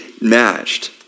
matched